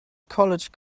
college